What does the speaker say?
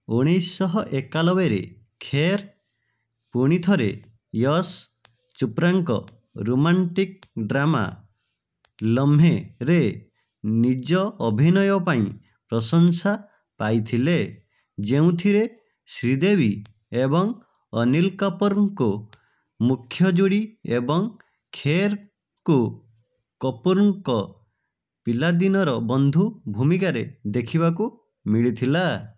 ଉଣେଇଶିଶହଏକାନବେରେ ଖେର୍ ପୁଣିଥରେ ୟଶ ଚୋପ୍ରାଙ୍କ romantic drama ଲମ୍ହେରେ ନିଜ ଅଭିନୟ ପାଇଁ ପ୍ରଶଂସା ପାଇଥିଲେ ଯେଉଁଥିରେ ଶ୍ରୀଦେବୀ ଏବଂ ଅନୀଲ କପୁରଙ୍କୁ ମୁଖ୍ୟ ଯୋଡ଼ି ଏବଂ ଖେର୍ଙ୍କୁ କପୁରଙ୍କ ପିଲାଦିନର ବନ୍ଧୁ ଭୂମିକାରେ ଦେଖିବାକୁ ମିଳିଥିଲା